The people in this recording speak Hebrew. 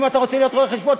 אם אתה רוצה להיות רואה חשבון,